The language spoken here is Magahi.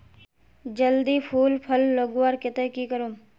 जल्दी फूल फल लगवार केते की करूम?